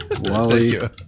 Wally